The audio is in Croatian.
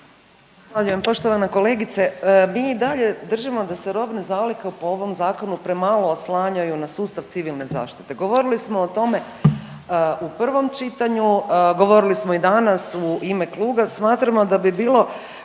Zahvaljujem. Poštovana kolegice, mi i dalje držimo da se robne zalihe po ovom zakonu premalo oslanjaju na sustav civilne zaštite. Govorili smo o tome u prvom čitanju, govorili smo i danas u ime kluba. Smatramo da bi bilo